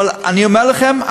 אבל אני אומר לכם,